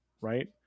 Right